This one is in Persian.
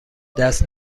دست